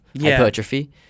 hypertrophy